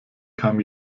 kam